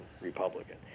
Republican